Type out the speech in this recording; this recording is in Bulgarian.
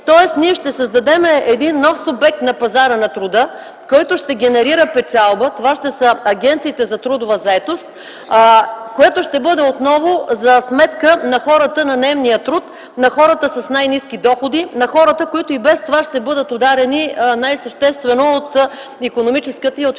Тоест, ние ще създадем един нов субект на пазара на труда, който ще генерира печалба – агенциите за трудова заетост. Това ще бъде отново за сметка на хората на наемния труд, на хората с най-ниски доходи, на хората, които и без това ще бъдат ударени най-съществено от икономическата и от